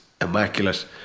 immaculate